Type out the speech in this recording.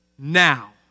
Now